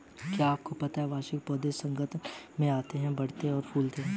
क्या आपको पता है वार्षिक पौधे वसंत में आते हैं, बढ़ते हैं, फूलते हैं?